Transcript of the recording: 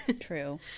true